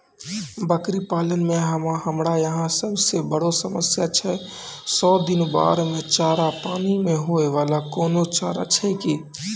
बकरी पालन मे हमरा यहाँ सब से बड़ो समस्या छै सौ दिन बाढ़ मे चारा, पानी मे होय वाला कोनो चारा छै कि?